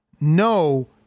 No